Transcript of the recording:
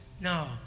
no